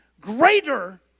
greater